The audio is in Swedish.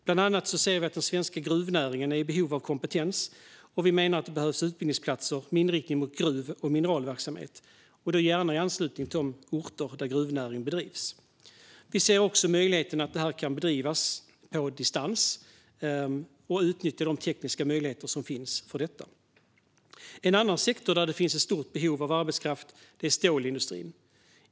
Bland annat ser vi att den svenska gruvnäringen är i behov av kompetens. Vi menar att det behövs utbildningsplatser med inriktning mot gruv och mineralverksamhet, gärna i anslutning till de orter där gruvnäring bedrivs. Vi ser också möjligheten att det här bedrivs på distans genom att man utnyttjar de tekniska möjligheter som finns för detta. En annan sektor där det finns ett stort behov av arbetskraft är stålindustrin.